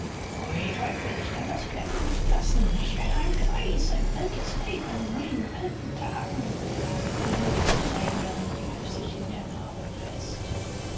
pfui teufel ich kann das flennen nicht lassen ich werde ein greis ein altes weib in meinen alten tagen eine dicke träne lief sich in der narbe fest